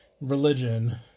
religion